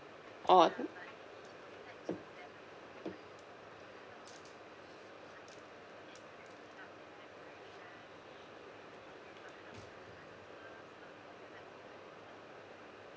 on